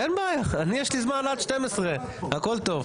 אין בעיה, יש לי זמן עד 12, הכול טוב.